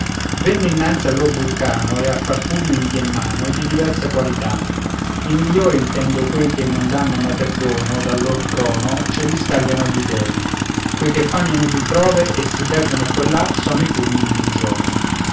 venne innanzi allor vulcano e a far fulmini dié mano di diversa qualità i migliori intendo quei che non dànno mai perdono dal lor trono ce li scagliano gli dèi quei che fanno inutil prove e si pèrdono qua e là sono i fulmini di giove